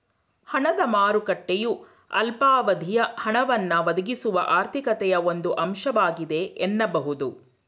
ಹಣದ ಮಾರುಕಟ್ಟೆಯು ಅಲ್ಪಾವಧಿಯ ಹಣವನ್ನ ಒದಗಿಸುವ ಆರ್ಥಿಕತೆಯ ಒಂದು ಅಂಶವಾಗಿದೆ ಎನ್ನಬಹುದು